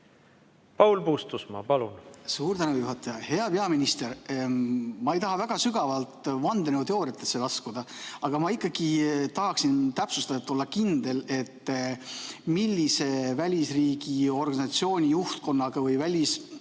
Paul Puustusmaa, palun! Suur tänu, juhataja! Hea peaminister! Ma ei taha väga sügavale vandenõuteooriatesse laskuda, aga ma ikkagi tahaksin täpsustada, et olla kindel. Millise välisriigi organisatsiooni juhtkonnaga või välisriigi